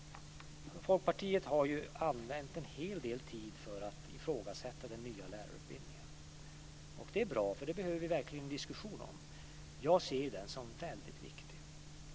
Folkpartiet har använt en hel del tid åt att ifrågasätta den nya lärarutbildningen. Det är bra, för det behöver vi verkligen en diskussion om. Jag ser den som väldigt viktig.